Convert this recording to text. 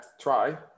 try